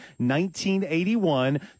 1981